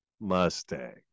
Mustang